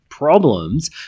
Problems